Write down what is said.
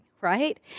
right